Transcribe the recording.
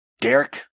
Derek